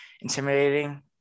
intimidating